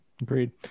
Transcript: Agreed